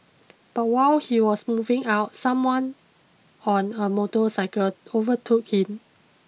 but while he was moving out someone on a motorcycle overtook him